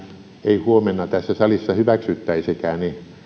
ei huomenna tässä salissa hyväksyttäisikään niin